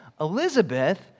Elizabeth